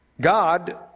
God